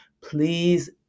Please